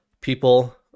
people